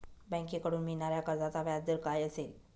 बँकेकडून मिळणाऱ्या कर्जाचा व्याजदर काय असेल?